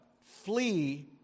flee